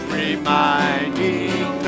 reminding